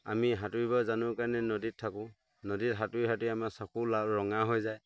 আমি সাঁতোৰিব জানো কাৰণে নদীত থাকোঁ নদীত সাঁতোৰি সাঁতোৰি আমাৰ চকু লাল ৰঙা হৈ যায়